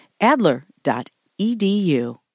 Adler.edu